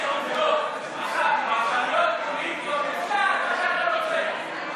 יש חוקים, יש עובדות, פוליטיות אפשר מה שאתה רוצה.